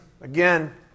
Again